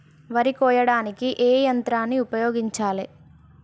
వరి కొయ్యడానికి ఏ యంత్రాన్ని ఉపయోగించాలే?